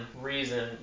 reason